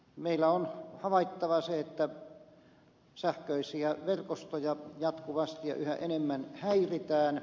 meillä on havaittavissa että sähköisiä verkostoja jatkuvasti yhä enemmän häiritään